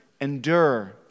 endure